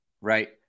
right